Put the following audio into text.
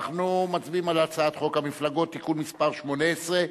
אנחנו מצביעים על הצעת חוק המפלגות (תיקון מס' 18)